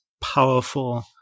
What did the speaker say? powerful